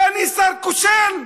שאני שר קוסם,